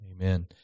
Amen